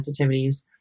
sensitivities